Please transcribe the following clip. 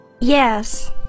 Yes